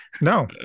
No